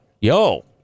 Yo